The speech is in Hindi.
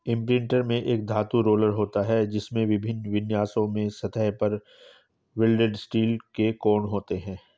इम्प्रिंटर में एक धातु रोलर होता है, जिसमें विभिन्न विन्यासों में सतह पर वेल्डेड स्टील के कोण होते हैं